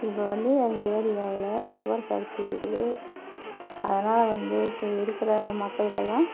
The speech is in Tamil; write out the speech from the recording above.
இப்போ வந்து எங்கள் ஏரியாவில் சுகர் ஃபேக்ட்ரி இருக்குது அதனால் வந்து சே இருக்கிற மக்களுக்கெல்லாம்